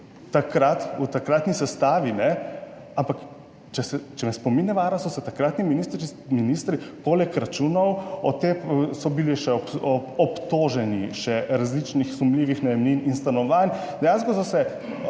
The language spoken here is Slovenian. v takratni sestavi, ne, ampak če me spomin ne vara, so se takratni ministri, ministri, poleg računov so bili še obtoženi še različnih sumljivih najemnin in stanovanj. Dejansko so